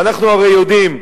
ואנחנו הרי יודעים,